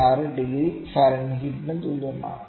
26 degree ഫാരൻഹീറ്റിന് തുല്യമാണ്